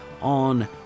on